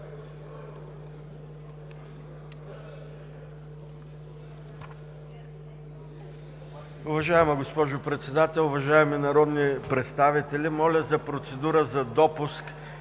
Уважаема госпожо Председател, уважаеми народни представители! Моля за процедура за допуск